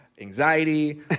anxiety